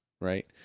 Right